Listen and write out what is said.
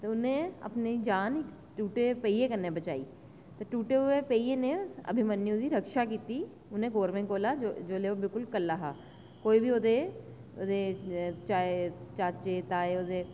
ते उन्ने अपनी जान उस टुट्टे दे पहिये कन्नै जान बचाई ते टुट्टे हुऐ पहिये नै अभिमन्यू दी चर्चा कीती ते उन्ने अपनी जान टुट्टे पहिये कन्नै बचाई ते टुटे हुऐ पहिये नै अभिमन्यु दी रक्षा कीती उन्ने कौरवें कोला जेल्लै अभिमन्यु कल्ला हा ते चाचे ताये ओह्दे